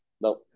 no